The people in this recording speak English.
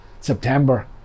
september